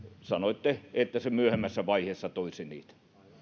sanoitte että se myöhemmässä vaiheessa toisi niitä